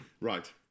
right